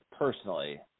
personally